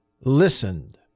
Listened